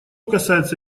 касается